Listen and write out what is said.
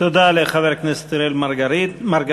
תודה לחבר הכנסת אראל מרגלית,